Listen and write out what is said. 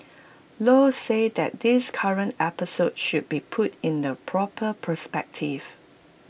low said that this current episode should be put in the proper perspective